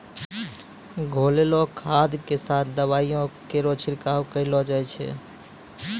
घोललो खाद क साथें दवाइयो केरो छिड़काव करलो जाय छै?